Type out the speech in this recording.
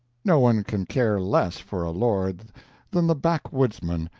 no one can care less for a lord than the backwoodsman,